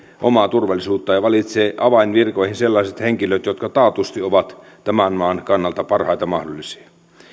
omaa turvallisuuttaan ja valitsee avainvirkoihin sellaiset henkilöt jotka taatusti ovat tämän maan kannalta parhaita mahdollisia